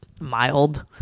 mild